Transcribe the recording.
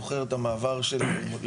ואני זוכר את המעבר שלי ללימודים